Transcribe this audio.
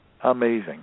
Amazing